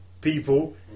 people